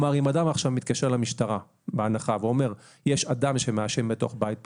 אם אדם מתקשר למשטרה ואומר שיש אדם שמעשן בתוך בית פרטי,